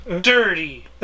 Dirty